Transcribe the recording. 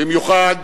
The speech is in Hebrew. במיוחד,